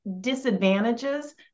disadvantages